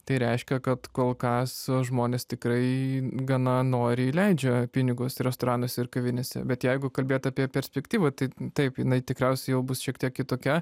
tai reiškia kad kol kas žmonės tikrai gana noriai leidžia pinigus restoranuose ir kavinėse bet jeigu kalbėt apie perspektyvą tai taip jinai tikriausiai jau bus šiek tiek kitokia